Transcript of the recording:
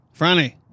Franny